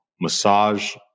massage